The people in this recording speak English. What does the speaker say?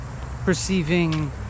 perceiving